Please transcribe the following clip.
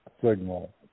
signal